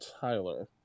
Tyler